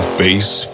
face